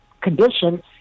condition